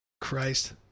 Christ